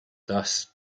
thus